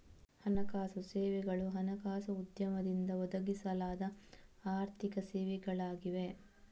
ಹಣಕಾಸು ಸೇವೆಗಳು ಹಣಕಾಸು ಉದ್ಯಮದಿಂದ ಒದಗಿಸಲಾದ ಆರ್ಥಿಕ ಸೇವೆಗಳಾಗಿವೆ